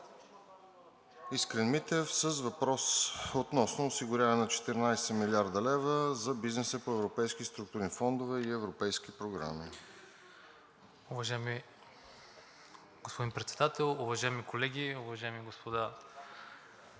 Искрен Митев с въпрос относно осигуряване на 14 млрд. лв. за бизнеса по европейски структурни фондове и европейски програми.